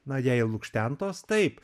na jei lukštentos taip